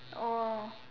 oh